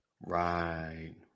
Right